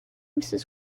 mrs